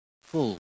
full